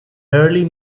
early